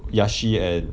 yashee and